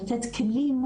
לתת כלים,